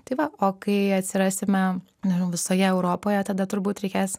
tai va o kai atsirasime nežinau visoje europoje tada turbūt reikės